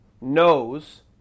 knows